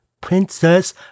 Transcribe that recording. Princess